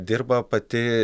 dirba pati